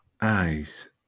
eyes